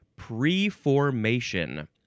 preformation